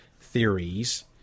theories